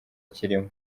kirimo